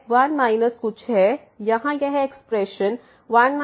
तो यह 1 माइनस कुछ है यहाँ यह एक्सप्रेशन 1 1xहै